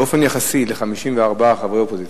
באופן יחסי ל-54 חברי אופוזיציה,